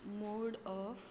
mode of